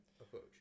approach